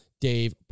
Dave